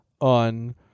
on